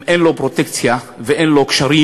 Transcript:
אם אין לו פרוטקציה ואין לו קשרים,